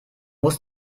muss